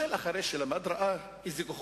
אתה יודע, בדקתי קצת את נושא